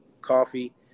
coffee